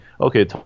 okay